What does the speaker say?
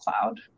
Cloud